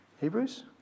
Hebrews